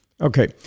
Okay